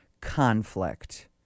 conflict